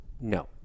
No